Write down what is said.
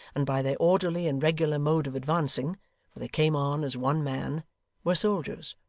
and by their orderly and regular mode of advancing for they came on as one man were soldiers.